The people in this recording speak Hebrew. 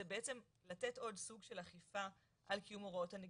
הוא בעצם לתת עוד סוג של אכיפה על קיום הוראות הנגישות.